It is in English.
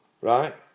right